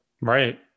Right